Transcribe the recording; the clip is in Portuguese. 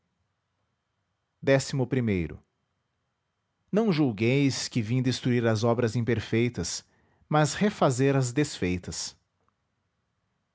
e ão julgueis que vim destruir as obras imperfeitas mas refazer as desfeitas